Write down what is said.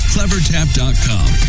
CleverTap.com